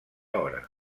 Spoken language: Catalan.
hora